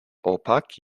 opak